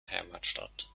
heimatstadt